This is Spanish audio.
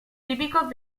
típicos